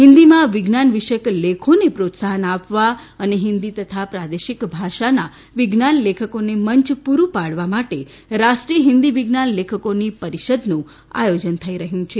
હિન્દીમાં વિજ્ઞાન વિષયક લેખોને પ્રોત્સાહન આપવા અને હિન્દી તથા પ્રાદેશિક ભાષાના વિજ્ઞાન લેખકોને મંચ પુરૂ પાડવા માટે રાષ્ટ્રીય હિન્દી વિજ્ઞાન લેખકોની પરિષદનું આયોજન થઈ રહ્યું છે